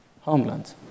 homeland